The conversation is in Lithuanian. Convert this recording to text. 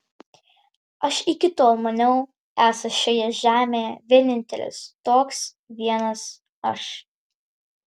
aš iki tol maniau esąs šioje žemėje vienintelis toks vienas aš